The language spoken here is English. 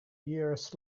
years